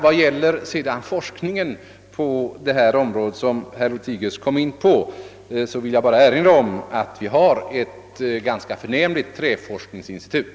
Vad sedan gäller forskningen, som herr Lothigius kom in på, vill jag bara erinra om att vi har ett ganska förnämligt träforskningsinstitut.